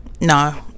No